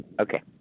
Okay